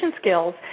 skills